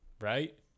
right